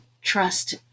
trust